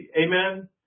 Amen